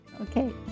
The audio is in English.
Okay